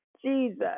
Jesus